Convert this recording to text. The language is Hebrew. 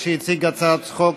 שהציג הצעת חוק